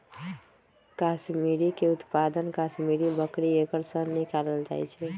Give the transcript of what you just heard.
कस्मिरीके उत्पादन कस्मिरि बकरी एकर सन निकालल जाइ छै